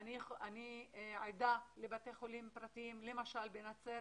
אני עדה לבתי חולים פרטיים, למשל בנצרת.